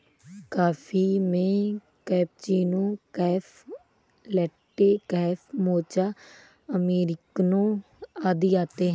coffee में cappuccino, cafe latte, cafe mocha, अमेरिकनों आदि आते है